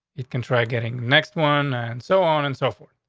it can try getting next one and so on and so forth.